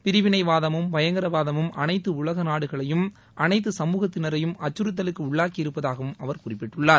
பிரிவினைவாதமும் பயங்கரவாதமும் அனைத்து உலக நாடுகளையும் அனைத்து சமுகத்தினரையும் அச்சுறுத்தலுக்கு உள்ளாக்கி இருப்பதாகவும் அவர் குறிப்பிட்டுள்ளார்